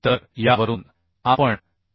तर यावरून आपण 5